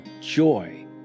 joy